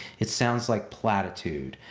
it sounds like platitude.